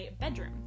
bedroom